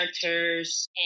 characters